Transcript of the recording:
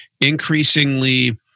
increasingly